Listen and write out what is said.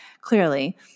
clearly